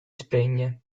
spegne